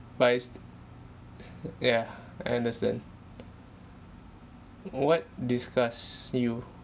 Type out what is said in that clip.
but it's st~ uh yeah I understand what disgust you